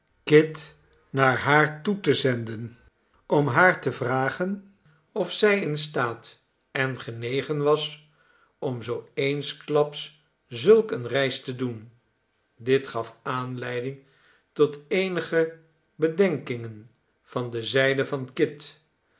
kit naar haar toe te zenden om haar te vragen of zij in staat en genegen was om zoo eensklaps zulk eene reis te doen dit gaf aanleiding tot eenige bedenkingen van de zijde van kit